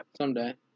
Someday